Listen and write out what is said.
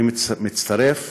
אני מצטרף